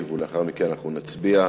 ולאחר מכן אנחנו נצביע.